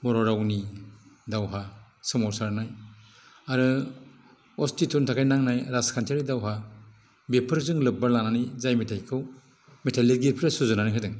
बर' रावनि दावहा सोमावसारनाय आरो अस्तितनि थाखाय नांनाय राजखान्थियारि दावहा बेफोरजों लोब्बा लानानै जाय मेथाइखौ मेथाइ लिरगिरिफोरा सुजुनानै होदों